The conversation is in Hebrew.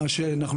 מה שאנחנו